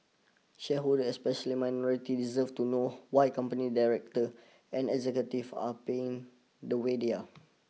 shareholders especially minorities deserve to know why company directors and executives are paying the way they are